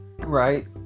Right